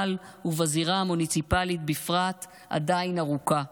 ובזירה המוניציפלית בפרט עדיין ארוכה,